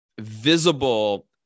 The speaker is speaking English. visible